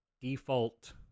default